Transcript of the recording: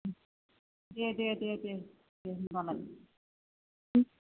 दे दे दे दे दे होमब्लालाय